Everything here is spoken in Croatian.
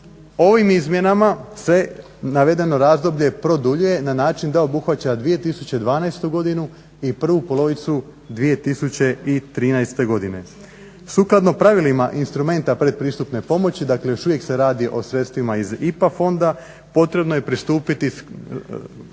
Ovim izmjenama se navedeno razdoblje produljuje na način da obuhvaća 2012. godinu i prvu polovicu 2013. godine. Sukladno pravilima instrumenta pretpristupne pomoći dakle još uvijek se radi o sredstvima iz IPA fonda, potrebno je pristupiti